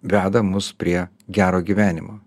veda mus prie gero gyvenimo